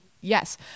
yes